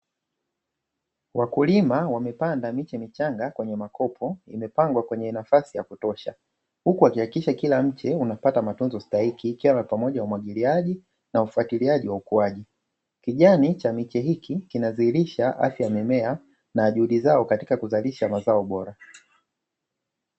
Wakulima wamepanda miche michanga kwenye makopo imepangwa kwenye mistari ya kutosha, huku wakihakikisha kila mche unapata matunzo stahiki ikiwa ni pamoja na umwagiliaji na ufuatiliaji wa ukuaji, kijani cha miche hiki kinadhihilisha afya ya mimea na juhudi zao katika kuzalisha mazao bora.